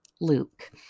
Luke